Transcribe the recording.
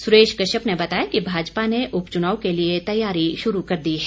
सुरेश कश्यप ने बताया कि भाजपा ने उपचुनाव के लिए तैयारी शुरू कर दी है